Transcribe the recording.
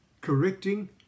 correcting